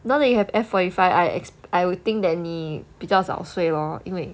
now that you have F forty five I ex~ I would think that 你比较早睡 lor 因为